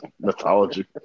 mythology